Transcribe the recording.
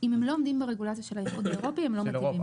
אם הם לא עומדים ברגולציה של האיחוד האירופי הם לא מתאימים.